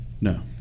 No